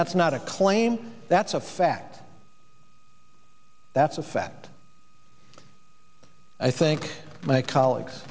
that's not a claim that's a fact that's a fact i think my colleagues